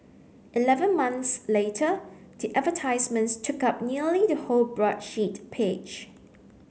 eleven months later the advertisements took up nearly the whole broadsheet page